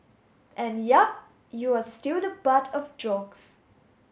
and yep you are still the butt of jokes